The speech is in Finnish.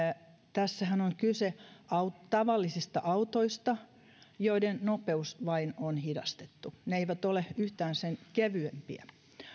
tässähän on kyse tavallisista autoista joiden nopeus vain on hidastettu ne eivät ole yhtään sen kevyempiä